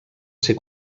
ser